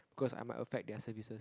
because I might affect their services